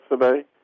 today